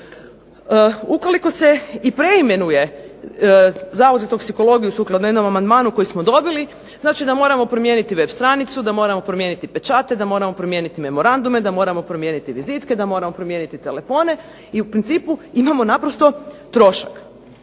Ukoliko se i preimenuje Zavod za toksikologiju sukladno jednom amandmanu koji smo dobili znači da moramo promijeniti web stranicu, da moramo promijeniti pečate, da moramo promijeniti memorandume, da moramo promijeniti vizitke, da moramo promijeniti telefone i u principu imamo naprosto trošak.